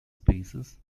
spaces